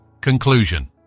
Conclusion